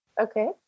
Okay